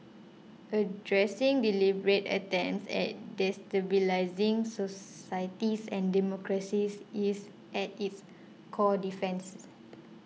addressing deliberate attempts at destabilising societies and democracies is at its core defences